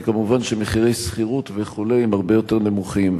כי מובן שמחירי שכירות וכו' הם הרבה יותר נמוכים.